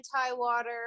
anti-water